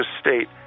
state